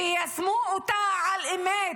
ויישמו אותה על אמת,